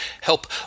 help